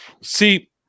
See